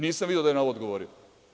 Nisam video da je na ovo odgovorio.